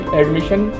admission